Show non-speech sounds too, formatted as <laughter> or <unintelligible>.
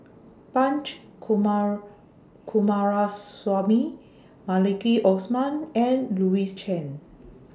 Punch <unintelligible> Coomaraswamy Maliki Osman and Louis Chen